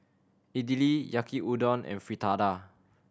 Idili Yaki Udon and Fritada